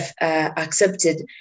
accepted